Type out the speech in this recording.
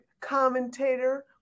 commentator